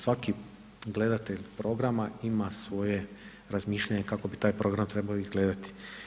Svaki gledatelj programa ima svoje razmišljanje kako bi taj program trebao izgledati.